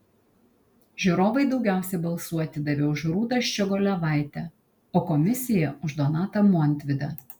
žiūrovai daugiausiai balsų atidavė už rūtą ščiogolevaitę o komisija už donatą montvydą